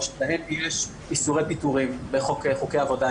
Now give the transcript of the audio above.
יש איסורי פיטורים בחוקי עבודה.